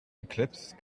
eclipse